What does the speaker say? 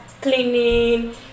cleaning